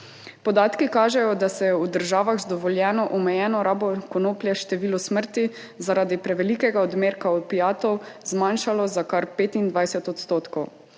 Podatki kažejo, da se je v državah z dovoljeno omejeno rabo konoplje število smrti zaradi prevelikega odmerka opiatov zmanjšalo za kar 25 odstotkov.